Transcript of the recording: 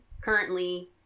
currently